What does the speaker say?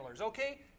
okay